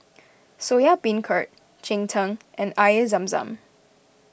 Soya Beancurd Cheng Tng and Air Zam Zam